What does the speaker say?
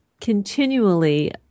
continually